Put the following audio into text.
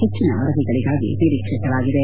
ಪೆಟ್ಟಿನ ವರದಿಗಳಗಾಗಿ ನಿರೀಕ್ಷಿಸಲಾಗಿದೆ